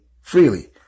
freely